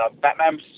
Batman